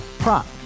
Prop